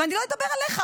ואני לא אדבר עליך,